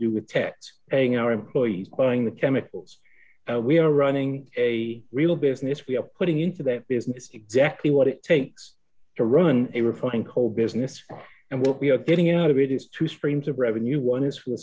do with tax paying our employees buying the chemicals we are running a real business we are putting into their business exactly what it takes to run a refining coal business and what we're getting out of it is two streams of revenue one is for